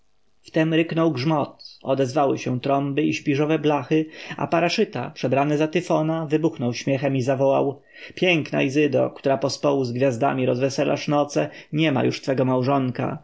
ryknął grzmot odezwały się trąby i śpiżowe blachy a paraszyta przebrany za tyfona wybuchnął śmiechem i zawołał piękna izydo która pospołu z gwiazdami rozweselasz noce niema już twego małżonka